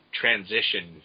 transition